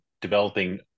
developing